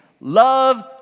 Love